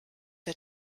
der